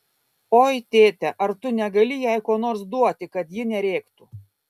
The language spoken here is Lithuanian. oi tėte ar tu negali jai ko nors duoti kad ji nerėktų